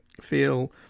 feel